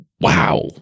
wow